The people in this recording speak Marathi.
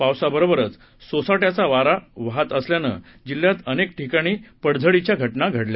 पावसाबरोबरच सोसाट्याचा वर असल्याने जिल्हयात अनेक ठिकाणी पडझडीच्या घटना घडल्या